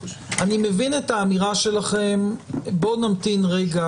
אני מבין את האמירה שלכם: בואו נמתין רגע